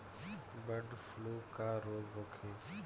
Bird flu का रोग होखे?